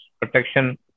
protection